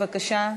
בבקשה.